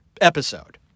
episode